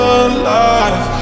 alive